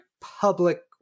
public